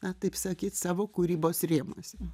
na taip sakyt savo kūrybos rėmuose